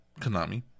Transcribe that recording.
Konami